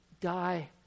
die